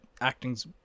acting's